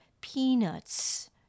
peanuts